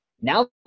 now